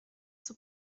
zur